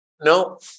No